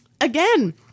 Again